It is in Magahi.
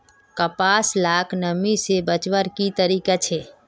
कपास लाक नमी से बचवार की तरीका छे?